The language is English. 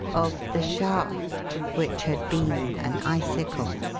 of the shaft, which had been an icicle.